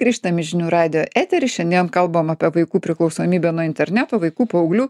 grįžtam į žinių radijo eterį šiandien kalbam apie vaikų priklausomybę nuo interneto vaikų paauglių